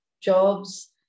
jobs